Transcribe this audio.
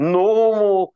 normal